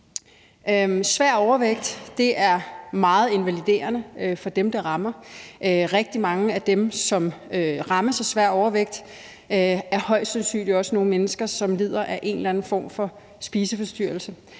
Svær overvægt er meget invaliderende for dem, det rammer. Rigtig mange af dem, som rammes af svær overvægt, er højst sandsynligt også nogle mennesker, som lider af en eller anden form for spiseforstyrrelse.